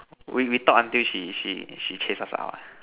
we we talk until she she she chase us out ah